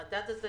המדד הזה,